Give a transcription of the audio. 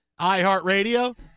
iHeartRadio